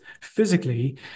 physically